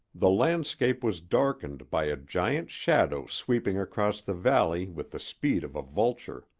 the landscape was darkened by a giant shadow sweeping across the valley with the speed of a vulture.